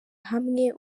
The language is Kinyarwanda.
hamwe